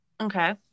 Okay